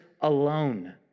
alone